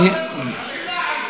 מילה על זה.